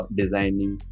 designing